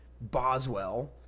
Boswell